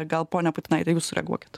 gal pone putinaite jūs sureaguokit